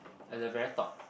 at the very top